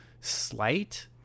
slight